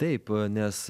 taip nes